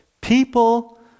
people